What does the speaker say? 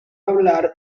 hablar